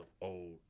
old